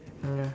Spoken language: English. mm ya